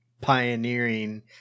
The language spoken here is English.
pioneering